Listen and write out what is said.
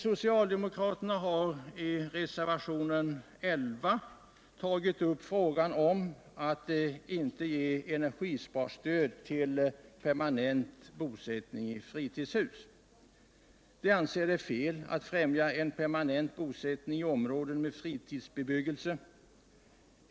Socialdemokraterna har i reservationen I1 tagit upp frågan om huruvida energisparstöd skall ges för permanent bosättning i fritidshus. De anser att det är fel att främja en permanent bosättning i områden med fritidsbebyggelse.